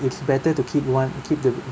it's better to keep one keep the